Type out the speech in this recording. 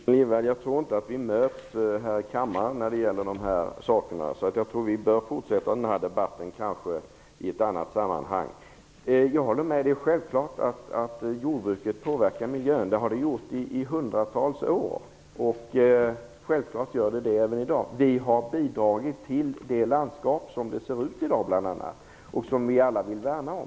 Fru talman! Jag tror inte att vi kommer att mötas här i kammaren när det gäller de här frågorna. Vi bör kanske fortsätta debatten i ett annat sammanhang. Det är självklart att jordbruket påverkar miljön. Det har det gjort i hundratals år. Självfallet påverkar det även i dag. Vi har bidragit till att landskapet ser ut som det gör i dag - det landskap vi alla vill värna om.